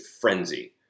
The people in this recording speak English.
frenzy